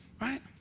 right